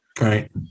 Right